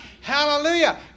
Hallelujah